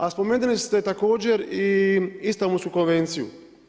A spomenuli ste također i Istambulsku konvenciju.